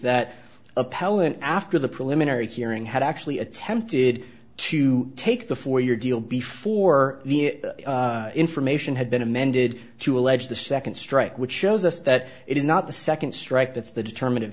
appellant after the preliminary hearing had actually attempted to take the four year deal before the information had been amended to allege the second strike which shows us that it is not the second strike that's the determining